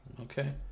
Okay